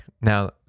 now